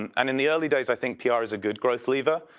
and and in the early days i think pr is a good growth leader.